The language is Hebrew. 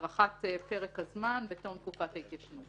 הארכת פרק הזמן בתום תקופת ההתיישנות.